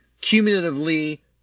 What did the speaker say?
cumulatively